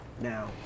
Now